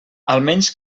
almenys